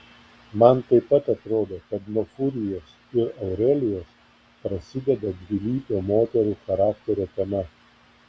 man taip pat atrodo kad nuo furijos ir aurelijos prasideda dvilypio moterų charakterio tema